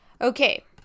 Okay